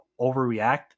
overreact